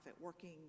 working